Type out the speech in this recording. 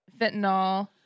fentanyl